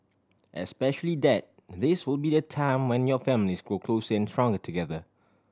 especially that this will be a time when your families grow closer and stronger together